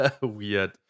weird